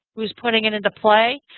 who's putting it into play?